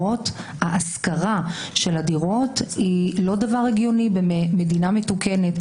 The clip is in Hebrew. ההשכרה של דירות היא לא דבר הגיוני במדינה מתוקנת.